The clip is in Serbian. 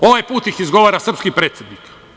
Ovaj put ih izgovara srpski predsednik.